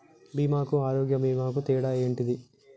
బీమా కు ఆరోగ్య బీమా కు తేడా ఏంటిది?